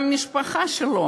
וגם המשפחה שלו